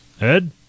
Ed